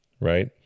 right